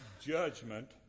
judgment